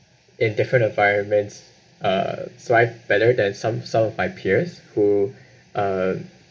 in different environments uh survive better than some some of my peers who uh